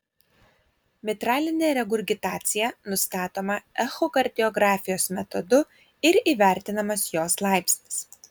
mitralinė regurgitacija nustatoma echokardiografijos metodu ir įvertinamas jos laipsnis